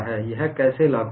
यह कैसे लागू हुआ